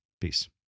Peace